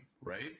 right